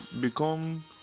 become